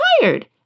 tired